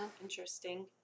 Interesting